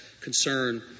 concern